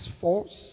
force